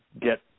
get